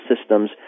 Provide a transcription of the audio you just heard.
systems